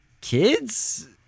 Kids